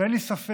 ואין לי ספק